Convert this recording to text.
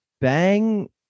bang